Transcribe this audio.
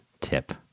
tip